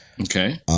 Okay